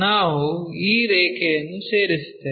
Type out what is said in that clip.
ನಾವು ಈ ರೇಖೆಯನ್ನು ಸೇರಿಸುತ್ತೇವೆ